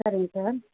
சரிங்க சார்